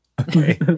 Okay